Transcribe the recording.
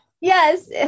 Yes